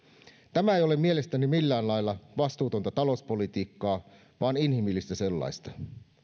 tämä ei ole mielestäni millään lailla vastuutonta talouspolitiikkaa vaan inhimillistä sellaista